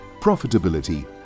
profitability